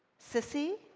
sissie,